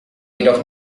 jedoch